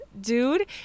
dude